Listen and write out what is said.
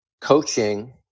coaching